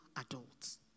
adults